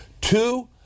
Two